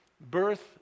birth